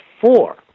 four